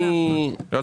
אני בעדה,